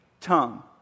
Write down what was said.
tongue